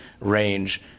range